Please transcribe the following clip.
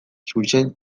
xuxen